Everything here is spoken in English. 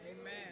Amen